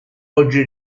oggi